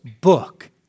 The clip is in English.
book